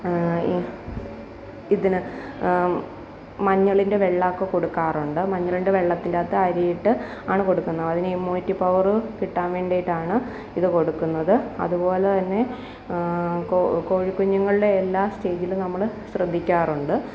ഇതിന് മഞ്ഞളിന്റെ വെള്ളമൊക്കെ കൊടുക്കാറുണ്ട് മഞ്ഞളിന്റെ വെള്ളത്തിൻറ്റകത്ത് അരിയിട്ട് ആണ് കൊടുക്കുന്നത് അതിന് ഇമ്മ്യൂണിറ്റി പവർ കിട്ടാന് വേണ്ടിയിട്ടാണ് ഇതു കൊടുക്കുന്നത് അതുപോലെ തന്നെ കോ കോഴിക്കുഞ്ഞുങ്ങളുടെ എല്ലാ സ്റ്റേജിലും നമ്മൾ ശ്രദ്ധിക്കാറുണ്ട്